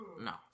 no